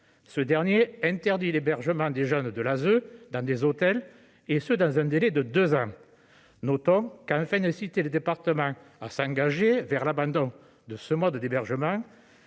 Ce dernier interdit l'hébergement des jeunes de l'ASE dans des hôtels, et ce dans un délai de deux ans. Afin d'inciter les départements à abandonner ce mode d'hébergement,